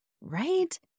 Right